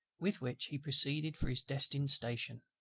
with which he proceeded for his destined station.